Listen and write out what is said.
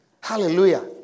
Hallelujah